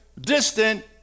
distant